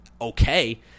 okay